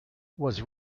was